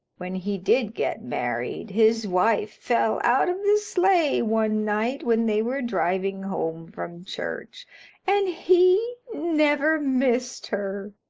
when he did get married his wife fell out of the sleigh one night when they were driving home from church and he never missed her.